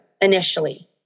initially